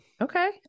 Okay